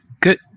good